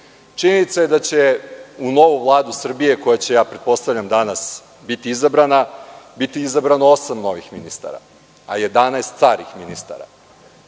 je da će u novu Vladu Srbije koja će, ja pretpostavljam danas, biti izabrana, biti izabrano osam novih ministara. A 11 starih ministara.